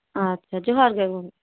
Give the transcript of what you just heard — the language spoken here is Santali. ᱟᱪᱪᱷᱟ ᱡᱚᱦᱟᱨᱜᱮ ᱜᱚᱝᱠᱮ